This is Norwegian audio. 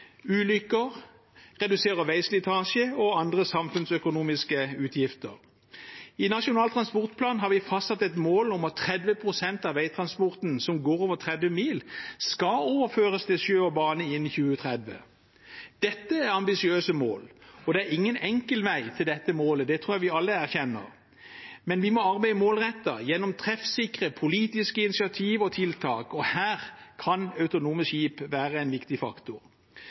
ulykker og reduserer veislitasje og andre samfunnsøkonomiske utgifter. I Nasjonal transportplan har vi fastsatt et mål om at 30 pst. av veitransporten som går over 30 mil, skal overføres til sjø og bane innen 2030. Dette er ambisiøse mål, og det er ingen enkel vei til dette målet – det tror jeg vi alle erkjenner. Men vi må arbeide målrettet gjennom treffsikre politiske initiativ og tiltak, og her kan autonome skip være en viktig faktor.